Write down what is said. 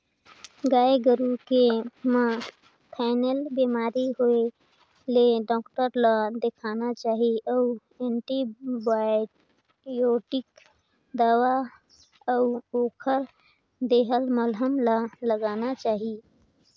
गाय गोरु के म थनैल बेमारी होय ले डॉक्टर ल देखाना चाही अउ एंटीबायोटिक दवा अउ ओखर देहल मलहम ल लगाना चाही